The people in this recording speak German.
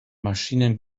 maschinen